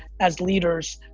as leaders,